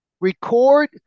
record